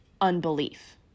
unbelief